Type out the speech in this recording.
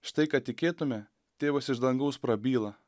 štai kad tikėtume tėvas iš dangaus prabyla